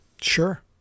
Sure